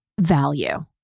value